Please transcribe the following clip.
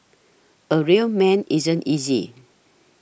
a real man isn't easy